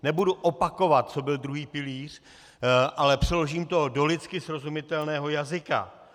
Nebudu opakovat, co byl druhý pilíř, ale přeložím do lidsky srozumitelného jazyka.